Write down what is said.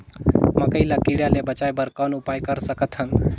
मकई ल कीड़ा ले बचाय बर कौन उपाय कर सकत हन?